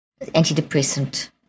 antidepressant